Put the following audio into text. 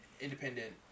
independent